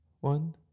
One